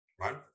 right